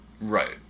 Right